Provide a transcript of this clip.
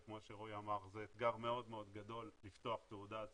וכמו שרועי אמר זה אתגר מאוד גדול לפתוח תעודת זהות,